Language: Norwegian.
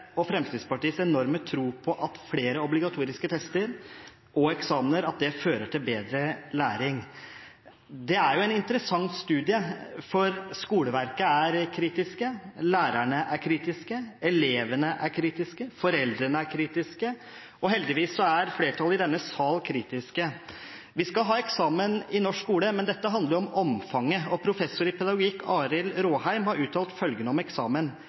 og Fremskrittspartiets enorme tro på at flere obligatoriske tester og eksamener fører til bedre læring. Det er en interessant studie. For skoleverket er kritisk, lærerne er kritiske, elevene er kritiske, foreldrene er kritiske, og heldigvis er flertallet i denne salen kritiske. Vi skal ha eksamen i norsk skole, men dette handler om omfanget. Professor i pedagogikk Arild Raaheim har uttalt at eksamen gir overflateorientert læring, og sier følgende: